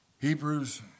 Hebrews